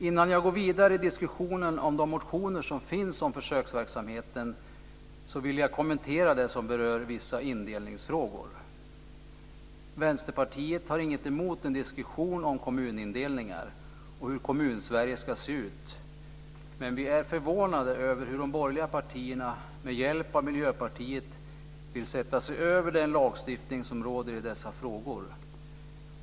Innan jag går vidare i diskussionen om de motioner som finns om försöksverksamheten vill jag kommentera det som berör vissa indelningsfrågor. Vänsterpartiet har inget emot en diskussion om kommunindelningar och hur Kommunsverige ska se ut, men vi är förvånade över hur de borgerliga partierna med hjälp av Miljöpartiet vill sätta sig över den lagstiftning som råder i dessa frågor.